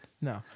no